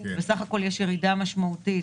בסך הכל יש ירידה משמעותית,